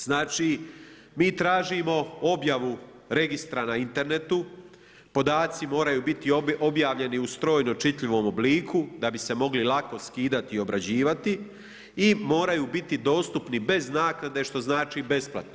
Znači, mi tražimo objavu registra na internetu, podaci moraju biti objavljeni u strojno čitljivom obliku da bi se mogli lako skidati i obrađivati i moraju biti dostupni bez naknade, što znači besplatno.